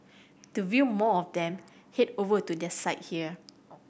to view more of them head over to their site here